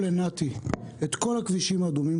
לנת"י את כל הכבישים האדומים,